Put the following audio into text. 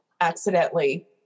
accidentally